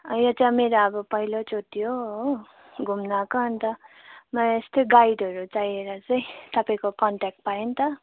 यो चाहिँ मेरो अब पहिलोचोटि हो हो घुम्नु आएको अन्त मलाई यस्तै गाइडहरू चाहिएर चाहिँ तपाईँको कन्ट्याक्ट पाएँ नि त